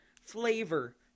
flavor